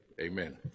amen